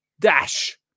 Dash